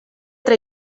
tra